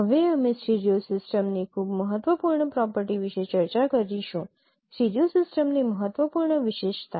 હવે અમે સ્ટીરિયો સિસ્ટમની ખૂબ જ મહત્વપૂર્ણ પ્રોપર્ટી વિશે ચર્ચા કરીશું સ્ટીરિયો સિસ્ટમની મહત્વપૂર્ણ વિશેષતા